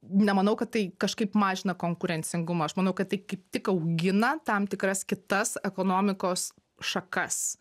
nemanau kad tai kažkaip mažina konkurencingumą aš manau kad tai kaip tik augina tam tikras kitas ekonomikos šakas